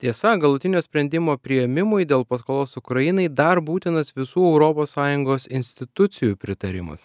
tiesa galutinio sprendimo priėmimui dėl paskolos ukrainai dar būtinas visų europos sąjungos institucijų pritarimas